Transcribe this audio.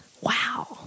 Wow